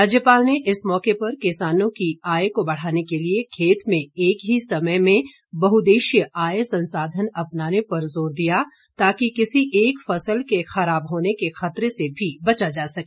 राज्यपाल ने इस मौके पर किसानों की आय को बढ़ाने के लिए खेत में एक ही समय में बहुद्देशीय आय संसाधन अपनाने पर जोर दिया ताकि किसी एक फसल के खराब होने के खतरे से भी बचा जा सके